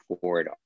forward